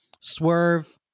Swerve